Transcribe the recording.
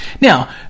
Now